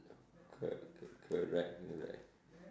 co~ correct correct